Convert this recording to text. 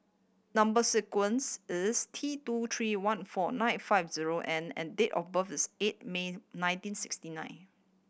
number sequence is T two three one four nine five zero N and date of birth is eight May nineteen sixty nine